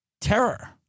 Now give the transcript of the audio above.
terror